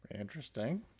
Interesting